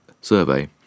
Survey